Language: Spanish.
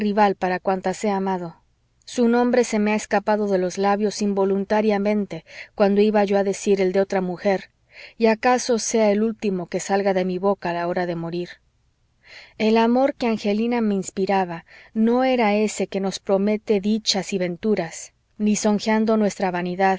para cuantas me amado su nombre se me ha escapado de los labios involuntariamente cuando iba yo a decir el de otra mujer y acaso sea el último que salga de mi boca a la hora de morir el amor que angelina me inspiraba no era ese que nos promete dichas y venturas lisonjeando nuestra vanidad